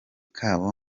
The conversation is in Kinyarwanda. kabo